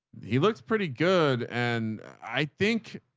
he looks pretty good. and i think,